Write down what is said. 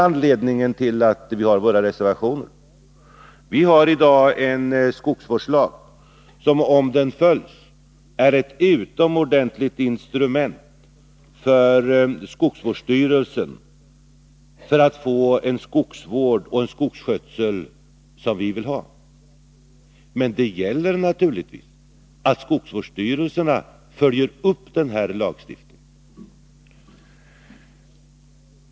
Anledningen till våra reservationer, Jan Fransson, är att vi i dag har en skogsvårdslag som, om den följs, är ett utomordentligt instrument för skogsvårdsstyrelserna att få en skogsvård och skogsskötsel som vi vill ha. Men det gäller naturligtvis att skogsvårdsstyrelserna följer upp denna lagstiftning.